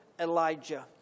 Elijah